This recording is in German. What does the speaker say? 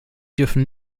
dürfen